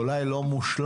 אולי לא מושלם,